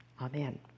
Amen